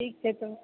ठीक छै तऽ